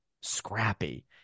scrappy